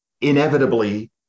inevitably